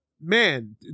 man